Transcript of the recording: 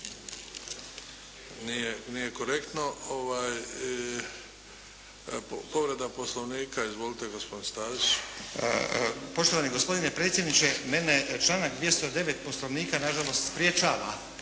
nije korektno. Povreda Poslovnika. Izvolite gospodine Stazić. **Stazić, Nenad (SDP)** Poštovani gospodine predsjedniče, mene članak 209. Poslovnika nažalost sprječava